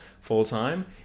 full-time